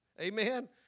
amen